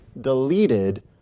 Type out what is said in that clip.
deleted